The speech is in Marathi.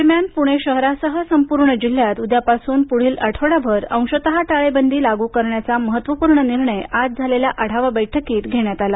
दरम्यान पुणे शहरासह संपूर्ण जिल्ह्यात उद्यापासून पुढील आठवडाभर अंशतः टाळेबंदी लागू करण्याचा महत्वपूर्ण निर्णय आज झालेल्या आढावा बैठकीत घेण्यात आला